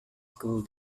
school